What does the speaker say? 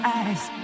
eyes